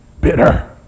bitter